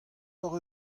hocʼh